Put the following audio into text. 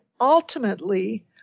ultimately